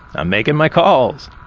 i'm making my calls.